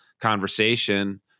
conversation